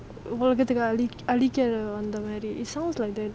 உலகத்தை அழிக்க வந்த மாரி:ulagatha azhika vantha maari it sounds like that